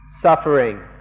suffering